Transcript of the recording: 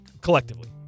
collectively